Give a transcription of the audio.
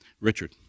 Richard